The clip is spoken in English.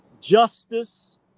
justice